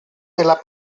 della